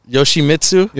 Yoshimitsu